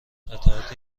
قطعات